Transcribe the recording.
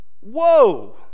whoa